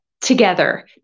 together